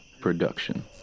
Production